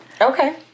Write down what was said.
Okay